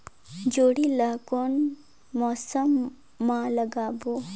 जोणी ला कोन मौसम मा लगाबो?